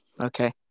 okay